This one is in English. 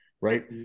right